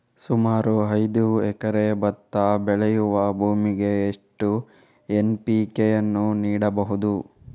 ಸುಮಾರು ಐದು ಎಕರೆ ಭತ್ತ ಬೆಳೆಯುವ ಭೂಮಿಗೆ ಎಷ್ಟು ಎನ್.ಪಿ.ಕೆ ಯನ್ನು ನೀಡಬಹುದು?